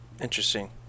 Interesting